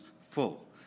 full